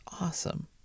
awesome